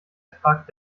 ertrag